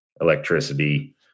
Electricity